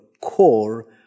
core